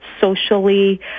socially